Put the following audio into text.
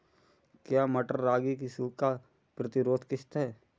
क्या मटर रागी की सूखा प्रतिरोध किश्त है?